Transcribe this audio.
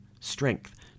strength